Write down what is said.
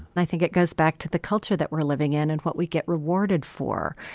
i think it goes back to the culture that we're living in and what we get rewarded for.